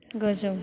गोजौ